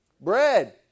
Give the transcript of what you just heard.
Bread